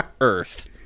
Earth